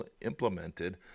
implemented